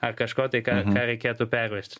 ar kažko tai ką reikėtų pervežti